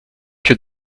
que